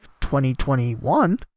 2021